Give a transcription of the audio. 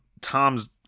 Tom's